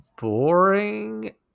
boring